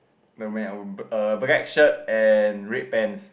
mermaid I would err black shirt and red pants